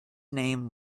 name